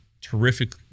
terrific